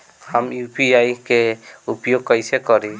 हम यू.पी.आई के उपयोग कइसे करी?